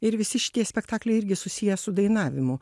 ir visi šitie spektakliai irgi susiję su dainavimu